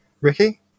Ricky